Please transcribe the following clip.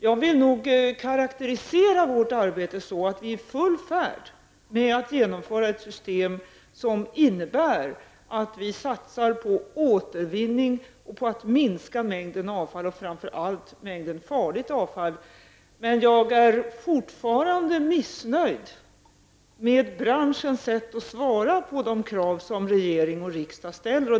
Jag vill nog karakterisera vårt arbete som att vi är i full färd med att genomföra ett system som innebär att vi satsar på återvinning och på att minska mängden avfall, framför allt mängden farligt avfall. Jag är dock fortfarande missnöjd med branschens sätt att svara mot de krav som regering och riksdag ställer.